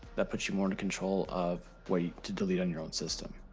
that puts you more in control of what to delete on your own system.